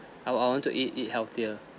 I I I want to eat it healthier